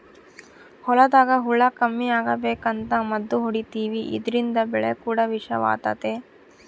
ಹೊಲದಾಗ ಹುಳ ಕಮ್ಮಿ ಅಗಬೇಕಂತ ಮದ್ದು ಹೊಡಿತಿವಿ ಇದ್ರಿಂದ ಬೆಳೆ ಕೂಡ ವಿಷವಾತತೆ